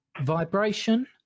vibration